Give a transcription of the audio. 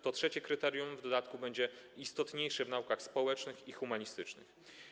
To trzecie kryterium w dodatku będzie istotniejsze w naukach społecznych i humanistycznych.